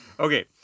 Okay